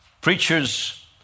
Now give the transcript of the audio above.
Preachers